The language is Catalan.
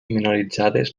minoritzades